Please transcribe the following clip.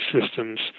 systems